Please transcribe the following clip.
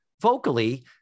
vocally